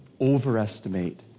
overestimate